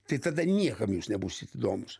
tai tada niekam jūs nebūsit įdomūs